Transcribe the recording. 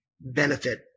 benefit